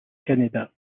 canéda